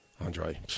Andre